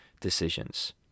decisions